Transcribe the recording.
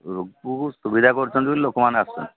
ଲୋକଙ୍କୁ ସୁବିଧା କରିଛନ୍ତି ବୋଲି ଲୋକମାନେ ଆସୁଛନ୍ତି